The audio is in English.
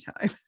time